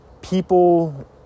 people